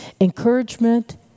Encouragement